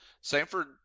Sanford